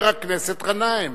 חבר הכנסת גנאים,